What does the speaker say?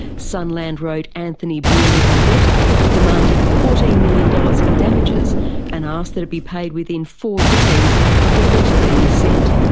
sunland wrote anthony brearley a letter demanding fourteen million dollars in damages and asked that it be paid within four days of the letter being sent.